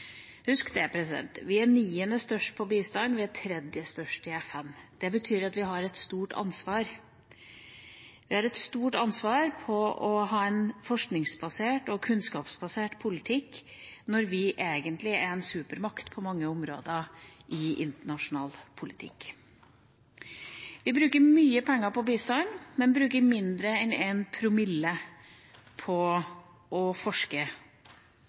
Husk at vi er niende størst på bistand – tredje størst i FN. Det betyr at vi har et stort ansvar med hensyn til å ha en forskningsbasert og kunnskapsbasert politikk, når vi egentlig er en supermakt på mange områder i internasjonal politikk. Vi bruker mye penger på bistand, men bruker mindre enn 1 promille på å forske.